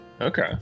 Okay